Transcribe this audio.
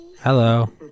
Hello